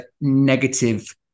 negative